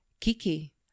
Kiki